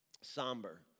somber